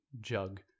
jug